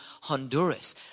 Honduras